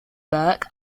burke